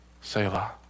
Selah